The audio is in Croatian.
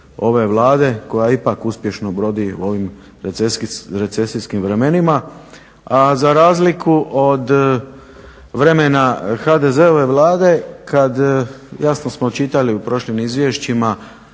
ove Vlade, koja ipak uspješno brodi u ovim recesijskim vremenima. A za razliku od vremena HDZ-ove Vlade kad jasno smo čitali u prošlim izvješćima